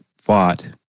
fought